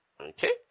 Okay